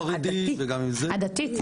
--- עדתי,